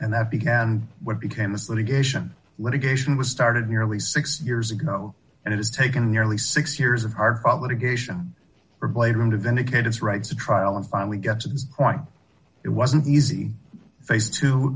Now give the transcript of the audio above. and that began what became this litigation litigation was started nearly six years ago and it has taken nearly six years of our obligation for blade room to vindicate its rights to trial and finally get to the point it wasn't easy face to